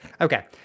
okay